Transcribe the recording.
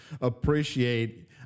appreciate